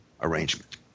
arrangement